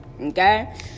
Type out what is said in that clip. okay